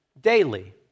daily